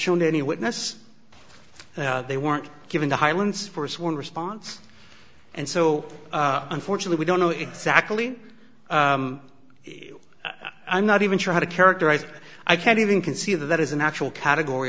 shown any witness they weren't given the highlands force one response and so unfortunately we don't know exactly i'm not even sure how to characterize i can't even conceive that that is an actual category